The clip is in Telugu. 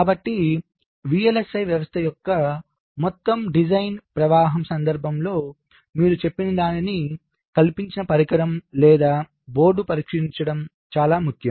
కాబట్టి VLSI వ్యవస్థ యొక్క మొత్తం డిజైన్ ప్రవాహం సందర్భంలో మీరు చెప్పినదానిని కల్పించిన పరికరం లేదా బోర్డు పరీక్షించడం చాలా ముఖ్యం